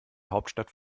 hauptstadt